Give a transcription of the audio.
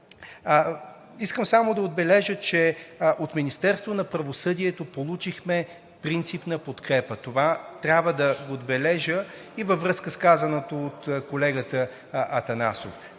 Искам само да отбележа, че от Министерството на правосъдието получихме принципна подкрепа. Това, трябва да отбележа и във връзка с казаното от колегата Атанасов.